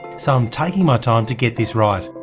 so i'm taking my time to get this right.